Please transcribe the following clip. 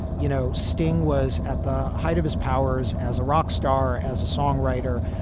you know, sting was at the height of his powers as a rock star, as a songwriter.